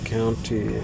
County